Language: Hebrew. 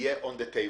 שיהיה על השולחן.